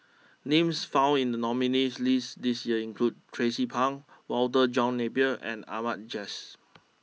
names found in the nominees' list this year include Tracie Pang Walter John Napier and Ahmad Jais